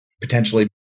potentially